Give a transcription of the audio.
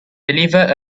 deliver